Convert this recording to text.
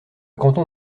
canton